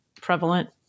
prevalent